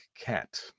cat